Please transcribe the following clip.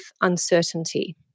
uncertainty